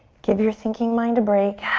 give you your thinking mind a break.